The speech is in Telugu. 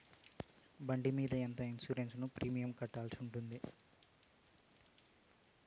బండి మీద ఎంత ఇన్సూరెన్సు ప్రీమియం కట్టాల్సి ఉంటుంది?